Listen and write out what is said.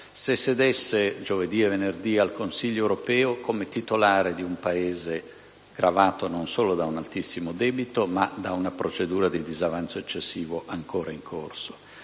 farlo, se giovedì e venerdì sedesse al Consiglio europeo come titolare di un Paese gravato non soltanto da un altissimo debito, ma da una procedura di disavanzo eccessivo ancora in corso.